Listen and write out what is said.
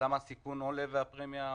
למה הסיכון עולה והפרמיה עולה?